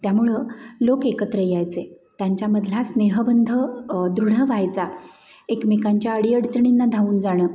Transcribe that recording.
त्यामुळं लोक एकत्र यायचे त्यांच्यामधला स्नेहबंध दृढ व्हायचा एकमेकांच्या अडीअडचणींना धावून जाणं